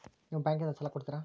ನಿಮ್ಮ ಬ್ಯಾಂಕಿನಿಂದ ಸಾಲ ಕೊಡ್ತೇರಾ?